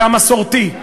והמסורתי,